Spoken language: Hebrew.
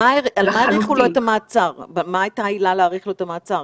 מה הייתה העילה להאריך לו את המעצר?